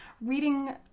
reading